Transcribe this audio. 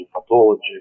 pathology